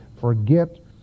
forget